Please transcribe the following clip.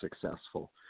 successful